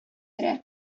керә